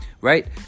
Right